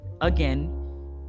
again